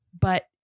But-